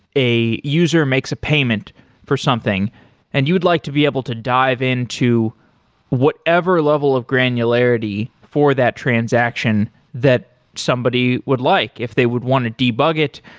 a user makes a payment for something and you would like to be able to dive into whatever level of granularity for that transaction that somebody would like. if they would want to debug it,